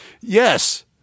Yes